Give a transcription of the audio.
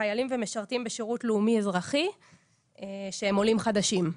לחיילים ומשרתים בשירות לאומי אזרחי שהם עולים חדשים.